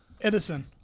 Edison